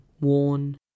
worn